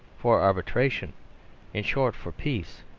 for arbitration in short, for peace.